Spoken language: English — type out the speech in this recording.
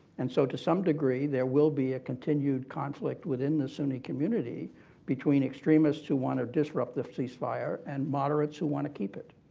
and so to some degree, there will be a continued conflict within the sunni community between extremists who want to disrupt the ceasefire and moderates who want to keep it.